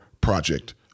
project